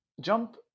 jump